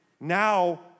now